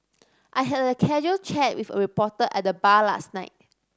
I had a casual chat with a reporter at the bar last night